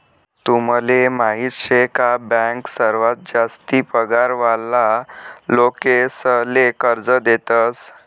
तुमले माहीत शे का बँक सर्वात जास्ती पगार वाला लोकेसले कर्ज देतस